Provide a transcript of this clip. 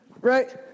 right